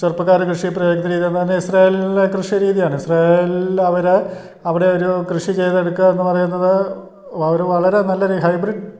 ചെറുപ്പക്കാർ കൃഷി പ്രയോഗിക്കുന്ന രീതിതന്നെ ഇസ്രായേയിലുള്ള കൃഷി രീതിയാണ് ഇസ്രായേയിൽ അവർ അവിടെ ഒരു കൃഷി ചെയ്തെടുക്കുക എന്നു പറയുന്നത് അവർ വളരെ നല്ലൊരു ഹൈബ്രിഡ്